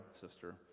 sister